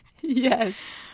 Yes